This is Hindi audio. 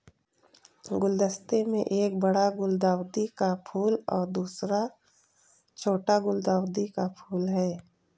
गुलदस्ते में एक बड़ा गुलदाउदी का फूल और दूसरा छोटा गुलदाउदी का फूल है